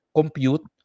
compute